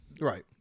right